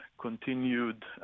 continued